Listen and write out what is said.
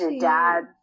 dad